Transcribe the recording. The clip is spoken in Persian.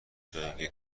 جاییکه